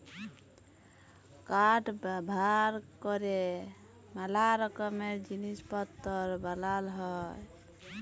কাঠ ব্যাভার ক্যরে ম্যালা রকমের জিলিস পত্তর বালাল হ্যয়